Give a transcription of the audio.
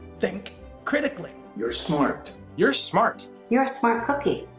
think critically. you're smart. you're smart. you're a smart cookie,